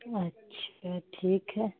अच्छा ठीक है